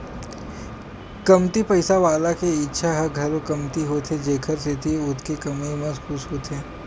कमती पइसा वाला के इच्छा ह घलो कमती होथे जेखर सेती ओतके कमई म खुस होथे